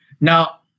Now